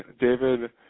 David